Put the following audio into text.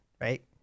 right